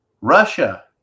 Russia